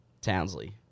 Townsley